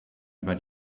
über